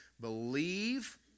believe